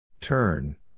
Turn